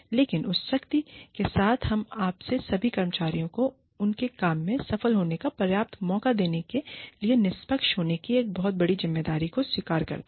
लेकिन उस शक्ति के साथ हम अपने सभी कर्मचारियों को उनके काम में सफल होने का पर्याप्त मौका देने के लिए निष्पक्ष होने की एक बहुत बड़ी ज़िम्मेदारी को भी स्वीकार करते हैं